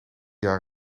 jaren